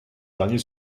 derniers